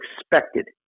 expected